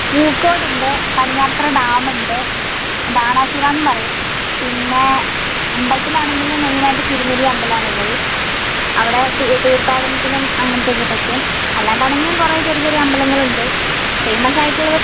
പൂക്കോടുണ്ട് പടിഞ്ഞാറത്തറ ഡാമുണ്ട് ബാണാസുരയെന്നും പറയും പിന്നെ അമ്പലത്തിലാണെങ്കിൽ മെയിനായിട്ട് തിരുനെല്ലി അമ്പലമാണ് ഉള്ളത് അവിടെ തീർത്ഥാടനത്തിനും അങ്ങനത്തെയൊക്കെ പറ്റും അല്ലാണ്ടാണെങ്കിലും കുറേ ചെറിയ ചെറിയ അമ്പലങ്ങളുണ്ട് ഫേമസ് ആയിട്ടുള്ളത്